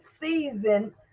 season